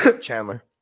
Chandler